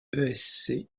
esc